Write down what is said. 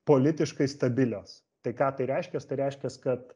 politiškai stabilios tai ką tai reiškias tai reiškias kad